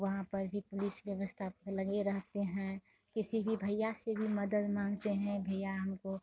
वहाँ पर भी पुलिस व्यवस्था पर लगे रहते हैं किसी भी भैया से भी मदद माँगते हैं भैया हमको